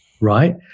right